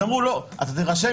אז אמרו: אתה תירשם,